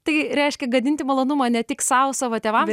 tai reiškia gadinti malonumą ne tik sau savo tėvams